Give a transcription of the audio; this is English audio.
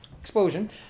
explosion